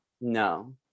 no